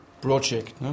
project